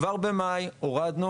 כבר במאי הורדנו